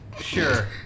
Sure